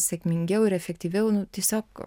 sėkmingiau ir efektyviau nu tiesiog